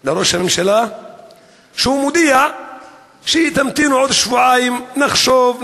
של ראש הממשלה שמודיע שהיא תמתין עוד שבועיים: נחשוב,